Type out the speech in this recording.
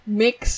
mix